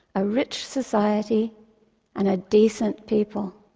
a rich society and a decent people.